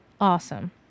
awesome